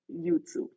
YouTube